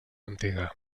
antiga